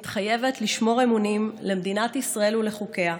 מתחייבת לשמור אמונים למדינת ישראל ולחוקיה,